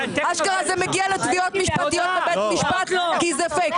אשכרה זה מגיע לתביעות משפטיות בבית משפט כי זה פייק.